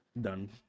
Done